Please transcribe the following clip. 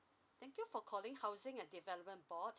thank you for calling housing and development board